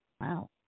Wow